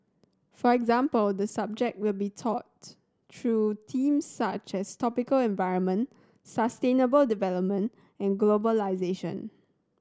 for example the subject will be taught through themes such as tropical environment sustainable development and globalisation